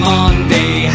Monday